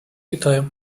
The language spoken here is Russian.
китая